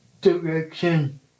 direction